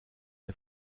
der